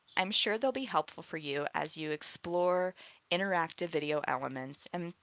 i'm sure they'll be helpful for you as you explore interactive video elements and,